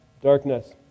darkness